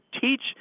teach